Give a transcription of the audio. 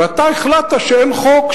ואתה החלטת שאין חוק.